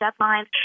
deadlines